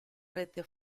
rete